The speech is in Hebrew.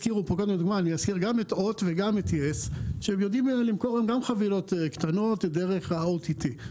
אני אזכיר גם את HOT וגם את YES שגם יודעים למכור חבילות קטנות דרך OTT,